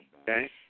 Okay